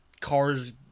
cars